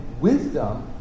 wisdom